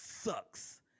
sucks